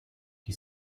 die